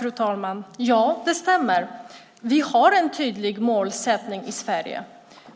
Fru talman! Ja, det stämmer att vi har en tydlig målsättning i Sverige.